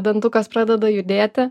dantukas pradeda judėti